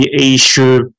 Asia